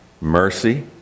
Mercy